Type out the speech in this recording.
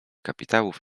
kapitałów